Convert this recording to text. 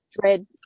dread